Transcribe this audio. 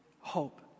hope